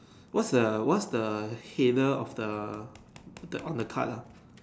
what's the what's the header of the on the card ah